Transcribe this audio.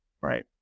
right